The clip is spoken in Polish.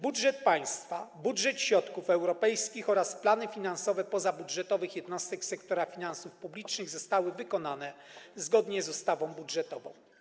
Budżet państwa, budżet środków europejskich oraz plany finansowe pozabudżetowych jednostek sektora finansów publicznych zostały wykonane zgodnie z ustawą budżetową.